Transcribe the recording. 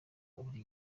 muri